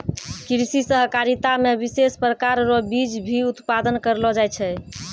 कृषि सहकारिता मे विशेष प्रकार रो बीज भी उत्पादन करलो जाय छै